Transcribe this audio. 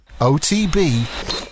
OTB